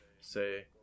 say